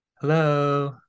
Hello